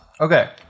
Okay